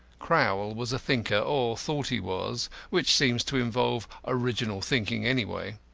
crowl was a thinker, or thought he was which seems to involve original thinking anyway.